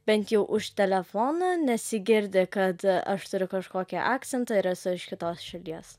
bent jau už telefono nesigirdi kad aš turiu kažkokį akcentą ir esu iš kitos šalies